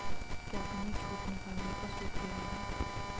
क्या तुम्हें छूट निकालने का सूत्र याद है?